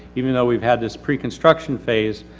even though we've had this pre-construction phase,